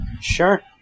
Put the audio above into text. Sure